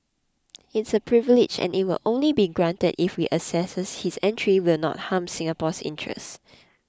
it's a privilege and it will only be granted if we assess his entry will not harm Singapore's interests